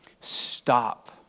Stop